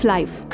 Life